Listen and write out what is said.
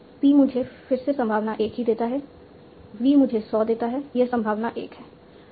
P मुझे फिर से संभावना 1 ही देता है V मुझे सॉ देता है यह संभावना 1 है